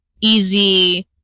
easy